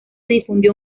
difundió